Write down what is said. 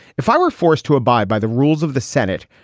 if i were forced to abide by the rules of the senate,